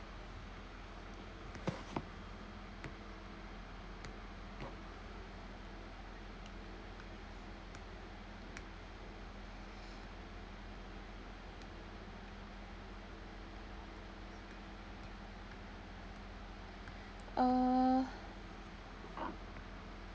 uh